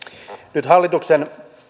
nyt hallituksen